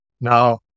Now